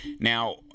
now